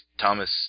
Thomas